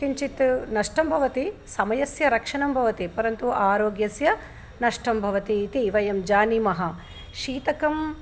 किञ्चित् नष्टं भवति समयस्य रक्षणं भवति परन्तु आरोग्यस्य नष्टं भवतीति वयं जानीमः शीतकं